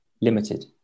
limited